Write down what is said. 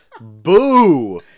boo